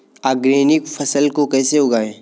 Organic फसल को कैसे उगाएँ?